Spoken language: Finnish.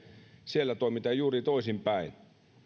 siellä toimitaan juuri toisinpäin